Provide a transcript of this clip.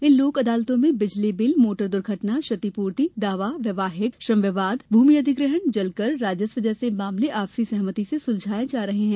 इन लोक अदालतों में बिजली बिल मोटर दुर्घटना क्षतिपूर्ति दावावैवाहिक श्रम विवाद भूमि अधिग्रहण जलकर राजस्व जैसे मामले आपसी सहमति सुलझाये जा रहे है